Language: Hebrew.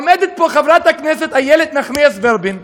עומדת פה חברת הכנסת איילת נחמיאס ורבין,